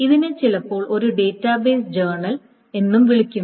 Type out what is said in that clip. ഇതിനെ ചിലപ്പോൾ ഒരു ഡാറ്റാബേസ് ജേർണൽ എന്നും വിളിക്കുന്നു